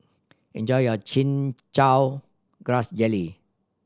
enjoy your Chin Chow Grass Jelly